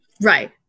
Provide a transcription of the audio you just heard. Right